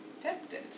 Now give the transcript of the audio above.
tempted